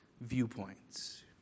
viewpoints